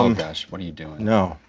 um gosh, what are you doing? no,